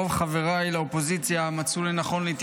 רוב חבריי לאופוזיציה מצאו לנכון הערב